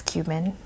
Cuban